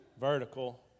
Vertical